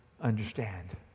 understand